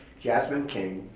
jasmine king,